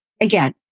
again